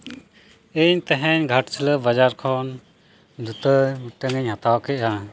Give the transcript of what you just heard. ᱤᱧ ᱛᱮᱦᱮᱧ ᱜᱷᱟᱴᱥᱤᱞᱟᱹ ᱵᱟᱡᱟᱨ ᱠᱷᱚᱱ ᱡᱩᱛᱟᱹ ᱢᱤᱫᱴᱟᱹᱝ ᱤᱧ ᱦᱟᱛᱟᱣ ᱠᱮᱜᱼᱟ